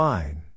Fine